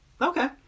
Okay